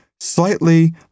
slightly